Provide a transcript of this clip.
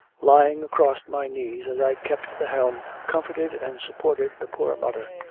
lying across my knees as i kept the helm, comforted and supported the poor mother.